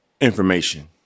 information